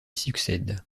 succède